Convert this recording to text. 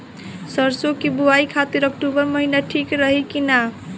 सरसों की बुवाई खाती अक्टूबर महीना ठीक रही की ना?